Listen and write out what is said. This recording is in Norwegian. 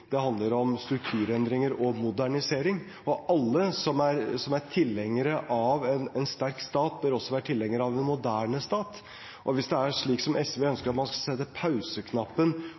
det handler om sentralisering. Det handler om strukturendringer og modernisering. Alle som er tilhengere av en sterk stat, bør også være tilhengere av en moderne stat. Hvis det er slik som SV ønsker, at man skal sette pauseknappen